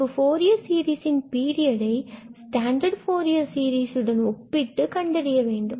பின்பு Fourier series இன் பீரியடை ஸ்டாண்டர்ட் ஃபூரியர் சீரிஸை ஒப்பிட்டு கண்டறிய வேண்டும்